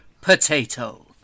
potato